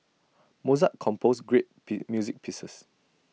Mozart composed great music pieces